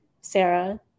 Sarah